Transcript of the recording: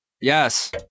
Yes